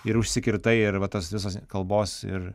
ir užsikirtai ir va tos visos kalbos ir